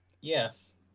Yes